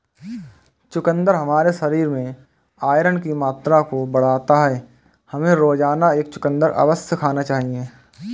चुकंदर हमारे शरीर में आयरन की मात्रा को बढ़ाता है, हमें रोजाना एक चुकंदर अवश्य खाना चाहिए